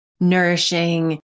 nourishing